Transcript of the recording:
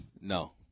No